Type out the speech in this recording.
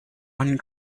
one